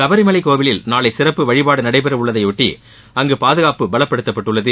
சபரிமலை கோவிலில் நாளை சிறப்பு வழிபாடு நடைபெற உள்ளதையொட்டி அங்கு பாதுகாப்பு பலப்படுத்தப்பட்டுள்ளது